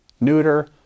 neuter